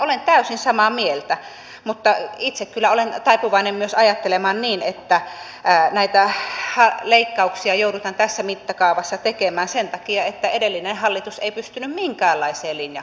olen täysin samaa mieltä mutta itse kyllä olen taipuvainen myös ajattelemaan niin että näitä leikkauksia joudutaan tässä mittakaavassa tekemään sen takia että edellinen hallitus ei pystynyt minkäänlaiseen linjakkaaseen toimintaan